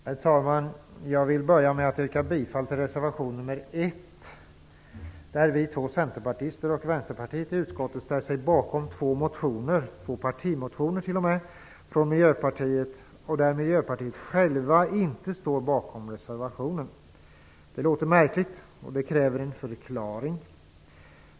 Herr talman! Jag vill börja med att yrka bifall till reservation nr 1, där vi två centerpartister och Vänsterpartiet i utskottet ställt sig bakom två partimotioner från Miljöpartiet. Miljöpartiet självt står inte bakom reservationen. Det låter märkligt och kräver en förklaring.